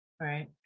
Right